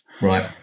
Right